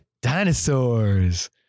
Dinosaurs